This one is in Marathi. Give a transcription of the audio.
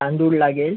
तांदुळ लागेल